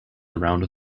around